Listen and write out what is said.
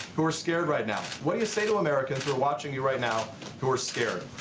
who are scared right now? what do you say to americans who are watching you right now who are scared?